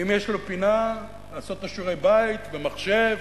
ואם יש לו פינה לעשות את שיעורי-הבית ומחשב